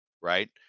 right